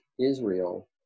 Israel